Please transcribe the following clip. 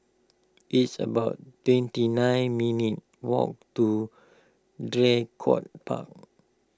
it's about twenty nine minutes' walk to Draycott Park